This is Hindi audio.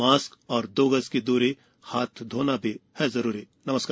मास्क और दो गज की दूरी हाथ धोना भी है जरुरी नमस्कार